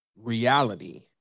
reality